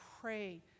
pray